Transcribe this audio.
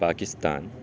Pakistan